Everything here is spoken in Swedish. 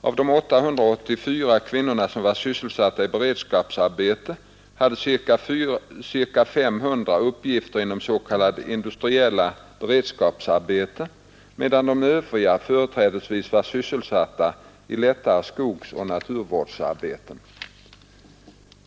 Av de 884 kvinnorna som var sysselsatta i beredskapsarbeten hade ca 500 uppgifter inom s.k. industriella beredskapsarbeten, medan de övriga företrädesvis var sysselsatta i lättare skogsoch naturvårdsarbeten.